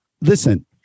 listen